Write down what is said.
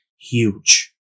Huge